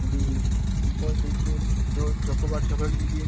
जी हम को दीजिए जो चोकोबार चॉकलेट दीजिए